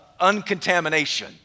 uncontamination